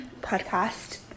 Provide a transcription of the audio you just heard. podcast